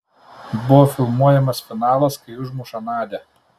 buvo filmuojamas finalas kai užmuša nadią